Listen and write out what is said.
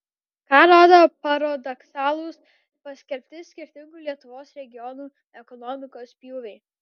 ką rodo paradoksalūs paskelbti skirtingų lietuvos regionų ekonomikos pjūviai